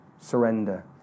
surrender